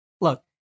look